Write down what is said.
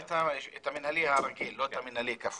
את המינהלי הרגיל, לא את המינהלי הכפול.